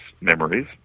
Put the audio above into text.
memories